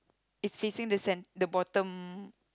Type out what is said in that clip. it's facing the cent the bottom